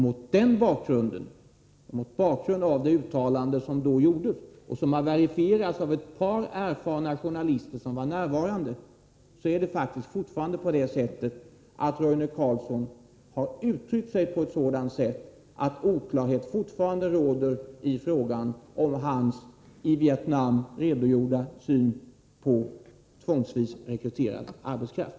Mot den bakgrunden och mot bakgrund av det uttalande som Roine Carlsson har gjort och som har verifierats av ett par erfarna journalister som var närvarande, kan man konstatera att Roine Carlsson har uttryckt sig på ett sådant sätt att oklarhet fortfarande råder i fråga om hans i Vietnam redogjorda syn på tvångsvis rekryterad arbetskraft.